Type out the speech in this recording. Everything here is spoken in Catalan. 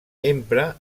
empra